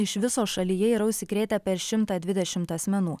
iš viso šalyje yra užsikrėtę per šimtą dvidešimt asmenų